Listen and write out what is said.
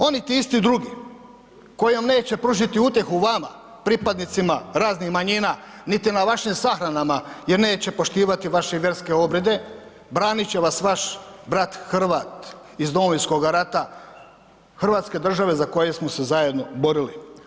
Oni ti isti drugi koji vam neće pružiti utjehu vama pripadnicima raznih manjina, niti na vašim sahranama jer neće poštivati vaše vjerske obrede, branit će vaš brat Hrvat iz Domovinskoga rata hrvatske države za koje smo se zajedno borili.